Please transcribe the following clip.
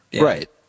Right